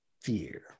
fear